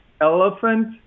elephant